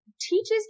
teaches